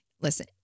listen